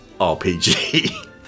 RPG